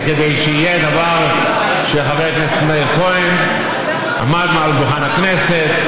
כדי שיהיה דבר שבו שחבר הכנסת מאיר כהן עמד מעל דוכן הכנסת,